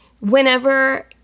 whenever